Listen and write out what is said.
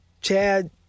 Chad